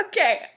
Okay